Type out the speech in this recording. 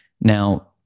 Now